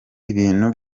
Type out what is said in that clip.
ibintu